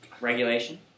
regulation